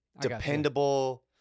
dependable